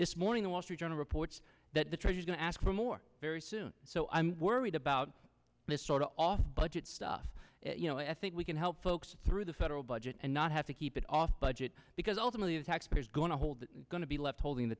this morning the wall street journal reports that the tribune to ask for more very soon so i'm worried about mr off budget stuff you know i think we can help folks through the federal budget and not have to keep it off budget because ultimately the taxpayers going to hold going to be left holding the